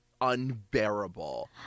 unbearable